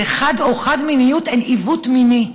או: חד-מיניות הם עיוות מיני.